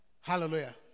Hallelujah